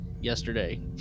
yesterday